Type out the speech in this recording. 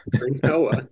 Noah